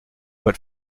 but